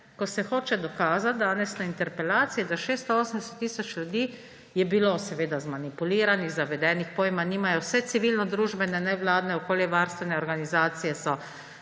ko se hoče dokazati danes na interpelaciji, da 680 tisoč ljudi je bilo seveda zmanipuliranih, zavedenih, pojma nimajo, vse civilnodružbene, nevladne okoljevarstvene organizacije so,